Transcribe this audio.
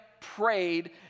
prayed